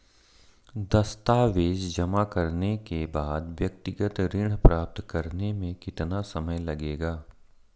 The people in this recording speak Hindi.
दस्तावेज़ जमा करने के बाद व्यक्तिगत ऋण प्राप्त करने में कितना समय लगेगा?